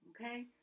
Okay